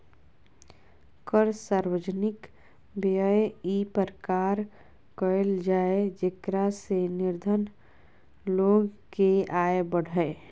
कर सार्वजनिक व्यय इ प्रकार कयल जाय जेकरा से निर्धन लोग के आय बढ़य